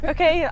Okay